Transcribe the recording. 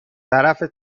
طرف